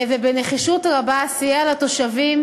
ובנחישות רבה סייע לתושבים,